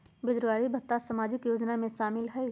बेरोजगारी भत्ता सामाजिक योजना में शामिल ह ई?